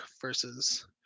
versus